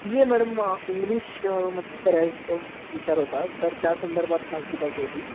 B A madam English मच करायचं विचार होता तर त्या संदर्भात माहिती पाहिजे होती